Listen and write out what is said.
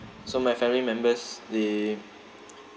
so my family members they